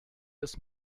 des